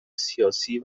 سیاسی